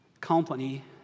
company